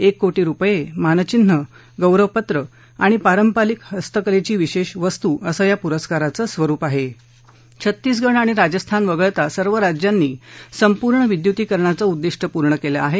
एक कोटी रुपये मानचिन्ह गौरवपत्र आणि पारंपारिक हस्तकलेची विशेष वस्तू असं या प्रस्काराचं स्वरुप आहे छत्तीसगड आणि राजस्थान वगळता सर्व राज्यांनी संपूर्ण विद्युतीकरणाचे उद्दीष्ट पूर्ण केलं आहे